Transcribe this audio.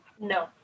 No